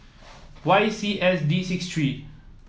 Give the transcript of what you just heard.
Y C S D six three